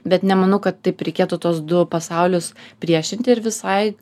bet nemanau kad taip reikėtų tuos du pasaulius priešinti ir visai